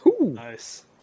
Nice